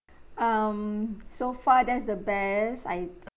um so far that's the best I